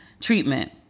treatment